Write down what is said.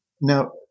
Now